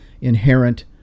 inherent